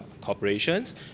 corporations